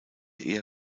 eher